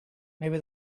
maybe